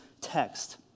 text